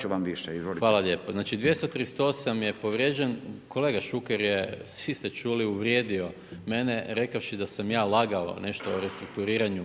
ću vam više. Izvolite./… Hvala lijepo. Znači 238. je povrijeđen, kolega Šuker je, svi ste čuli, uvrijedio mene rekavši da sam ja lagao nešto o restrukturiranju